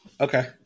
Okay